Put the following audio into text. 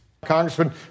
Congressman